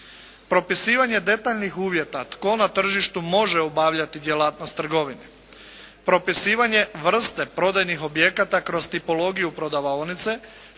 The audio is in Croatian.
Propisivanje detaljnih uvjeta tko na tržištu može obavljati djelatnost trgovine. Propisivanje vrste prodajnih objekata kroz tipologiju prodavaonice